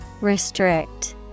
Restrict